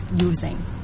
using